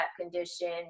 condition